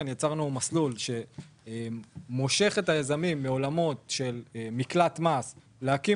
יצרנו מסלול שמושך את היזמים לעבור מעולם של להקים פרויקט,